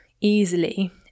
easily